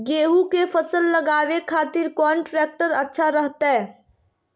गेहूं के फसल लगावे खातिर कौन ट्रेक्टर अच्छा रहतय?